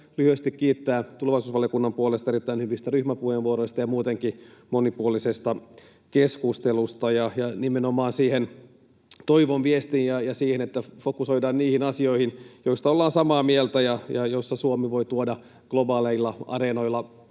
lyhyesti kiittää tulevaisuusvaliokunnan puolesta erittäin hyvistä ryhmäpuheenvuoroista ja muutenkin monipuolisesta keskustelusta nimenomaan liittyen siihen toivon viestiin ja siihen, että fokusoidaan niihin asioihin, joista ollaan samaa mieltä ja joissa Suomi voi tuoda globaaleilla areenoilla